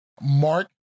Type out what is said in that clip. Mark